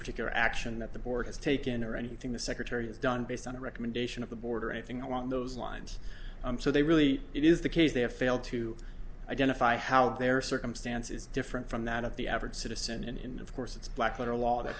particular action that the board has taken or anything the secretary has done based on a recommendation of the border or anything along those lines so they really it is the case they have failed to identify how their circumstances different from that of the average citizen in of course it's black letter law that